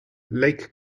lake